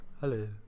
hello